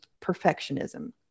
perfectionism